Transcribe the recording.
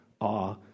awe